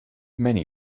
many